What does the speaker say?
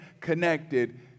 connected